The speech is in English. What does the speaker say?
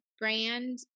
brand